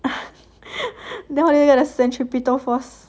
no then got the centripetal force